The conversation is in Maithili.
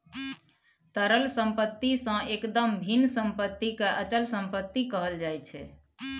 तरल सम्पत्ति सँ एकदम भिन्न सम्पत्तिकेँ अचल सम्पत्ति कहल जाइत छै